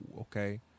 Okay